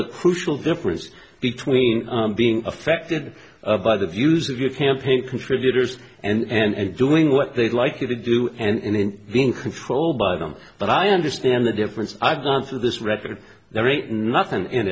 the crucial difference between being affected by the views of your campaign contributors and doing what they'd like to do and in being controlled by them but i understand the difference i've gone through this record there are eight nothing in